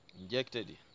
injected